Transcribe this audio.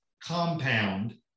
compound